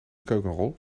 keukenrol